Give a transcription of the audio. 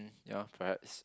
ya perhaps